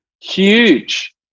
huge